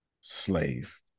slave